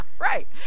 Right